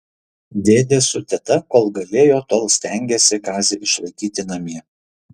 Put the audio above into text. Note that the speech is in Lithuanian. dėdė su teta kol galėjo tol stengėsi kazį išlaikyti namie